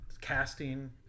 casting